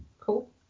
Cool